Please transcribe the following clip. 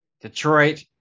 Detroit